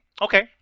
Okay